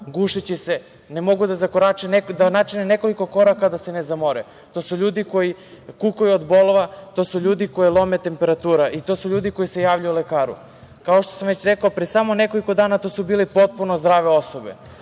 gušeći se, ne mogu da načine nekoliko koraka da se ne zamore. To su ljudi koji kukaju od bolova, to su ljudi koje lomi temperatura i to su ljudi koji se javljaju lekaru. Kao što sam već rekao, pre samo nekoliko dana to su bile potpuno zdrave osobe. Stičem